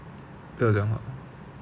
不要讲话